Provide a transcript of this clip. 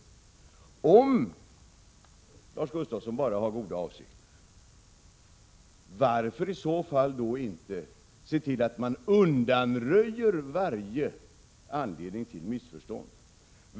Om Lars Gustafsson bara har goda avsikter, varför då inte se till att varje anledning till missförstånd undanröjs?